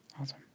Awesome